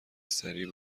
سریع